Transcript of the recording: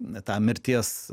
na tą mirties